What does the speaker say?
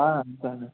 సరే